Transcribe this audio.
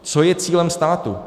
Co je cílem státu?